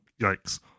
Yikes